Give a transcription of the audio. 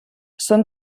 són